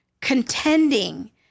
Contending